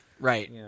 Right